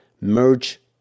merge